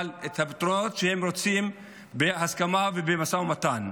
את הפתרונות הם רוצים בהסכמה ובמשא ומתן.